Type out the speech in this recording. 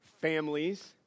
Families